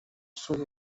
sud